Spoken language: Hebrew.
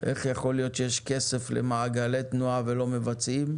איך יכול להיות שיש כסף למעגלי תנועה ולא מבצעים,